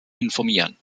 informieren